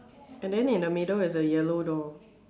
and then in the middle is a yellow door